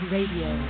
Radio